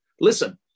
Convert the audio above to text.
Listen